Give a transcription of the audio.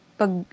pag